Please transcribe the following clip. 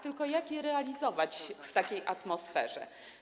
Tylko jak je realizować w takiej atmosferze?